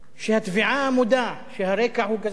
והתביעה מודה שהרצח הוא גזעני